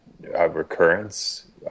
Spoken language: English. recurrence